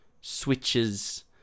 switches